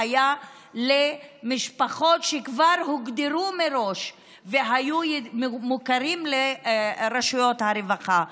היה למשפחות שכבר הוגדרו מראש והיו מוכרות לרשויות הרווחה.